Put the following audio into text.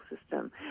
system